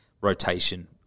rotation